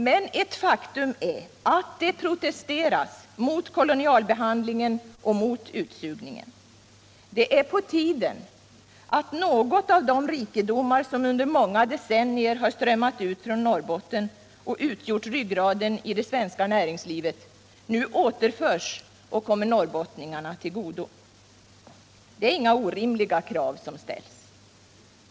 Men ett faktum är att det protesteras mot kolonialbehandlingen och utsugningen. Det är på tiden att något av de rikedomar som under många decennier har strömmat ut från Norrbotten och utgjort ryggraden i det svenska näringslivet nu återförs och kommer norrbottningarna till godo. Det är inga orimliga krav som ställs.